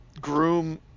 Groom